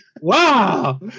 wow